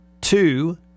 two